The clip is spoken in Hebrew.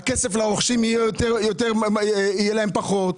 מבחינת הכסף לרוכשים יהיה להם פחות,